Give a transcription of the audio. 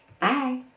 Bye